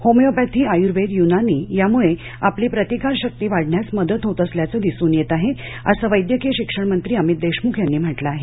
homeopathy Ayurveda Unani यामुळे आपली प्रतिकार शक्ती वाढण्यास मदत होत असल्याचं दिसून येत आहे असं वैद्यकीय शिक्षण मंत्री अमित देशमुख यांनी म्हटलं आहे